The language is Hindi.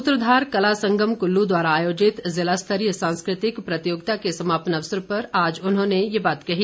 सूत्रघार कला संगम कुल्लू द्वारा आयोजित जिला स्तरीय सांस्कृतिक प्रतियोगिता के समापन अवसर पर आज उन्होंने ये बात कही